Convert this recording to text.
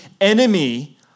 enemy